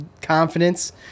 confidence